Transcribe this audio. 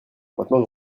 maintenant